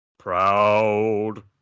Proud